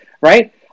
Right